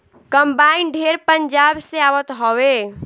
combine ढेर पंजाब से आवत हवे